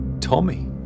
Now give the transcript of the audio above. Tommy